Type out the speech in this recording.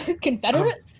Confederates